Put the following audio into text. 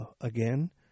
again